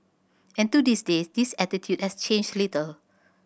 and to this day this attitude has changed little